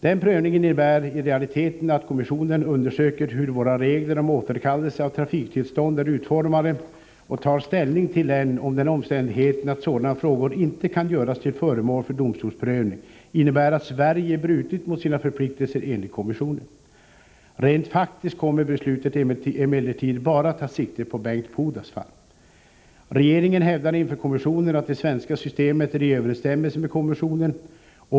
Den prövningen innebär i realiteten att kommissionen undersöker hur våra regler om återkallelse av trafiktillstånd är utformade och tar ställning till om den omständigheten att sådana frågor inte kan göras till föremål för domstolsprövning innebär att Sverige brutit mot sina förpliktelser enligt konventionen. Rent faktiskt kommer beslutet emellertid bara att ta sikte på Bengt Pudas fall. Regeringen hävdar inför kommissionen att det svenska systemet är i överensstämmelse med konventionen.